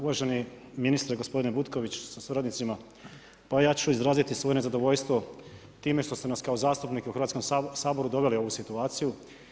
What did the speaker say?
Uvaženi ministre gospodine Butković sa suradnicima, pa ja ću izraziti svoje nezadovoljstvo time što ste nas kao zastupnik u Hrvatskom saboru doveli u ovu situaciju.